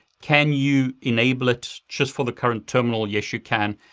can you enable it just for the current terminal, yes you can,